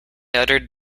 uttered